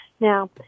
Now